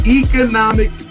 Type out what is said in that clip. economic